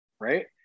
right